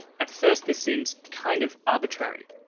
at first this seems kind of arbitrary,